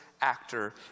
actor